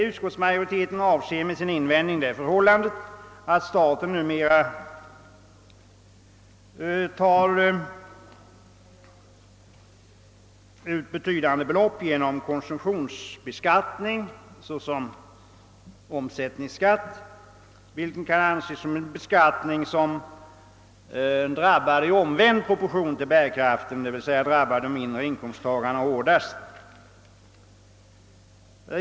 Utskottsmajoriteten avser med sin invändning det förhållandet att staten tar ut betydande belopp genom konsumtionsbeskattning — såsom omsättningsskatt — vilken kan anses vara en beskattning som drabbar i omvänd proportion till bärkraften, d. v. s. drabbar de mindre inkomsttagarna hårdast.